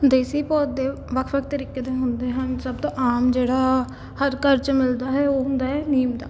ਦੇਸੀ ਪੌਦੇ ਵੱਖ ਵੱਖ ਤਰੀਕੇ ਦੇ ਹੁੰਦੇ ਹਨ ਸਭ ਤੋਂ ਆਮ ਜਿਹੜਾ ਹਰ ਘਰ 'ਚ ਮਿਲਦਾ ਹੈ ਉਹ ਹੁੰਦਾ ਹੈ ਨਿੰਮ ਦਾ